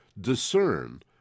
discern